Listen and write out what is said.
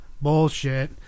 Bullshit